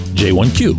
j1q